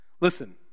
Listen